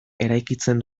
eraikitzen